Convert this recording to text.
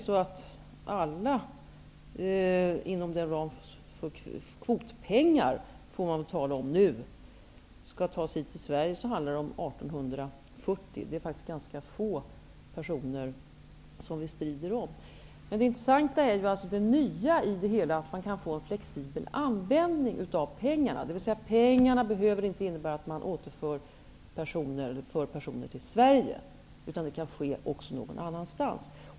Om alla flyktingar inom ramen för kvotpengar -- vilket man väl nu får tala om -- skall tas hit till Sverige, handlar det om 1 840 personer. Det är faktiskt ganska få personer som vi strider om. Men det nya och intressanta är att man kan få en flexibel användning av pengarna. Utnyttjandet av kvotpengarna behöver inte betyda att man för personer till Sverige, utan omhändertagandet kan också ske någon annanstans.